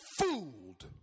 fooled